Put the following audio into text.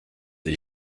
the